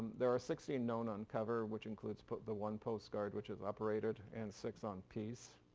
there are sixteen known on cover which includes, but the one postcard which is uprated and six on piece.